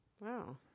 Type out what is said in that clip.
Wow